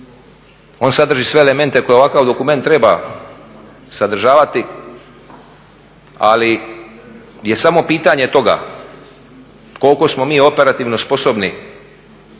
on sadrži sve elemente koje ovakav dokument treba sadržavati, ali je samo pitanje toga koliko smo mi operativno sposobni